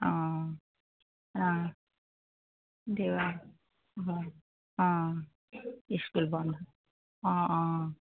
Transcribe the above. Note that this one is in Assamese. অঁ অঁ অঁ ইস্কুল বন্ধ অঁ অঁ